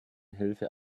hilfe